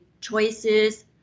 choices